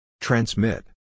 Transmit